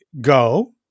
go